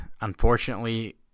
unfortunately